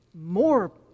more